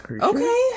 Okay